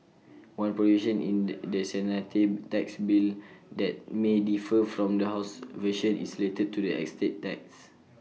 one provision in the Senate tax bill that may differ from the House's version is related to the estate tax